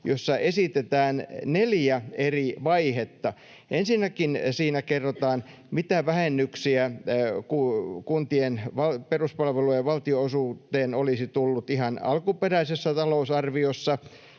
jossa esitetään neljä eri vaihetta. Ensinnäkin siinä kerrotaan, mitä vähennyksiä kuntien peruspalvelujen valtionosuuteen olisi tullut ihan alkuperäisessä talousarviossa,